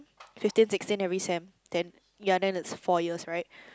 fifteen sixteen every sem then ya then it's four years right